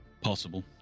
Possible